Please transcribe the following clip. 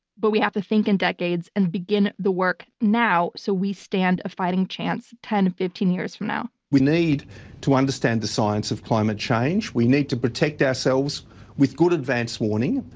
but we have to think in decades and begin the work now so we stand a fighting chance ten fifteen years from now. we need to understand the science of climate change. we need to protect ourselves with good advanced warning,